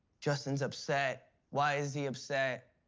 justin's upset. why is he upset?